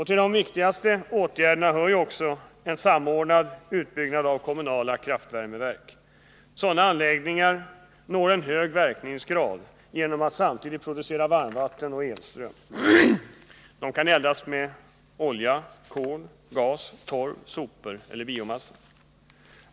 Till de viktigaste åtgärderna hör också en samordnad utbyggnad av kommunala kraftvärmeverk. Sådana anläggningar når en hög verkningsgrad genom att samtidigt producera varmvatten och elström. De kan eldas med olja, kol, gas, torv, sopor eller biomassa.